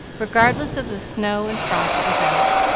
regardless of the snow and frost without.